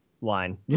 line